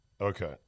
Okay